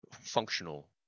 functional